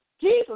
Jesus